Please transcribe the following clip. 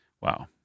Wow